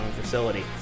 facility